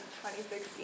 2016